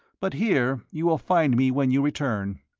but here you will find me when you return.